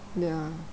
ya